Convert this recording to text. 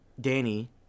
Danny